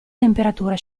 temperatura